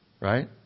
right